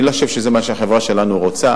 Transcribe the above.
אני לא חושב שזה מה שהחברה שלנו רוצה,